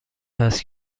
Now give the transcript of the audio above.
هست